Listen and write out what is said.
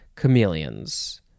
chameleons